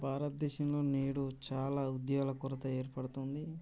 భారతదేశంలో నేడు చాలా ఉద్యోగాల కొరత ఏర్పడుతోంది